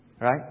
Right